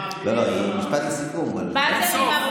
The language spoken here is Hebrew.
סיכום.